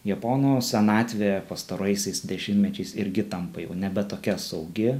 japono senatvė pastaraisiais dešimtmečiais irgi tampa jau nebe tokia saugi